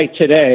today